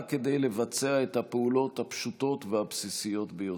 רק כדי לבצע את הפעולות הפשוטות והבסיסיות ביותר.